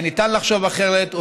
וניתן לחשוב אחרת.